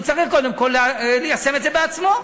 הוא צריך קודם כול ליישם את זה בעצמו.